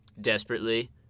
desperately